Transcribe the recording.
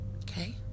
Okay